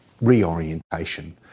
reorientation